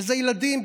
וזה ילדים,